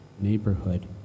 neighborhood